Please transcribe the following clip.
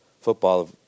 football